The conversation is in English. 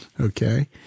okay